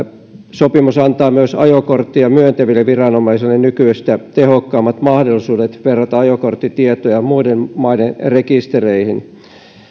sopimus antaa myös ajokortteja myöntäville viranomaisille nykyistä tehokkaammat mahdollisuudet verrata ajokorttitietoja muiden maiden rekistereihin